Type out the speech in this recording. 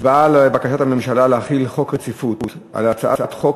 הצבעה על בקשת הממשלה להחיל דין רציפות על הצעת חוק